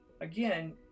Again